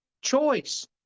choice